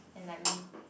and like maybe